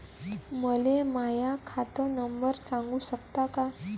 मले माह्या खात नंबर सांगु सकता का?